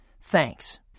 Thanks